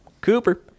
Cooper